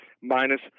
minus